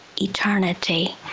eternity